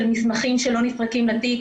של מסמכים שלא נסרקים לתיק,